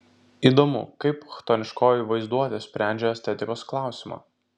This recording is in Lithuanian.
įdomu kaip chtoniškoji vaizduotė sprendžia estetikos klausimą